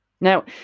now